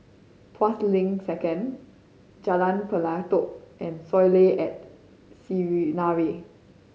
Tuas Link Second Jalan Pelatok and Soleil at Sinaran